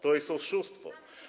To jest oszustwo.